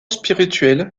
spirituel